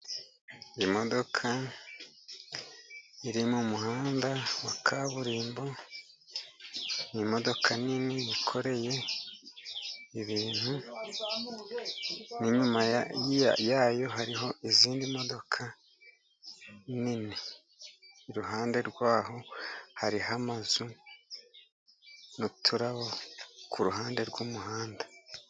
Imodoka iri mu muhanda wa kaburimbo, ni imodoka nini yikoreye ibintu, inyuma yayo hariho izindi modoka nini, iruhande rwaho hariho amazu n' uturabo kuruhande rw' umuhanda.